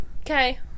Okay